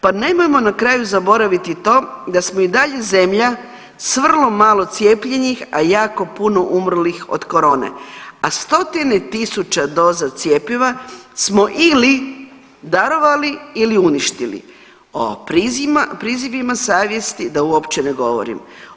Pa nemojmo na kraju zaboraviti i to da smo i dalje zemlja s vrlo malo cijepljenih, a jako puno umrlih od korone, a stotine tisuća doza cjepiva smo ili darovali ili uništili, o prizivima savjesti da uopće ne govorim.